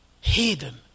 Hidden